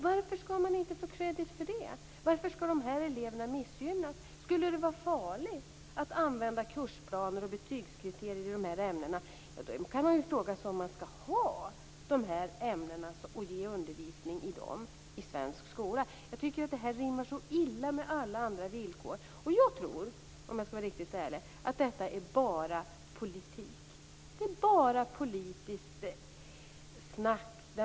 Varför skall man inte få credit för det? Varför skall de här eleverna missgynnas? Skulle det vara farligt att använda kursplaner och betygskriterier i de här ämnena? I så fall är frågan om man skall ha de här ämnena och ge undervisning i dem i svensk skola. Jag tycker att detta rimmar väldigt illa med alla andra villkor. Ärligt talat tror jag att detta bara är politik. Det är bara politiskt snack.